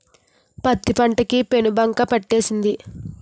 పత్తి పంట కి పేనుబంక పట్టేసింది